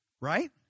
right